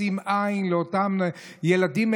לשים עין על אותם ילדים,